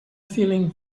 feeling